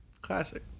classic